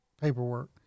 paperwork